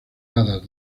hadas